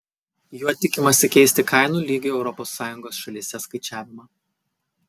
juo tikimasi keisti kainų lygių europos sąjungos šalyse skaičiavimą